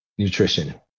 nutrition